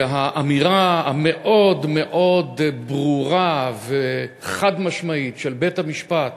והאמירה המאוד-מאוד ברורה וחד-משמעית של בית-המשפט